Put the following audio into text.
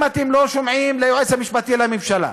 אם אתם לא שומעים ליועץ המשפטי לממשלה,